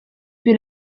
più